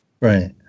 Right